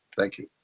thank you.